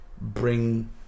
bring